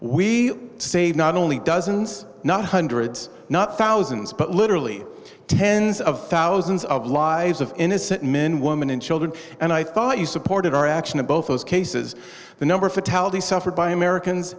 we save not only dozens not hundreds not thousands but literally tens of thousands of lives of innocent men women and children and i thought you supported our action in both those cases the number of fatalities suffered by americans